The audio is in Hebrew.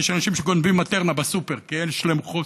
יש אנשים שגונבים מטרנה בסופר כי יש להם חוסר.